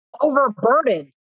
overburdened